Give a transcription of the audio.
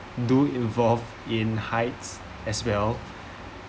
do involved in heights as well